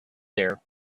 there